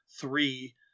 three